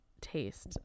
taste